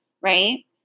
right